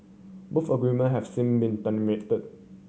both agreement have since been terminated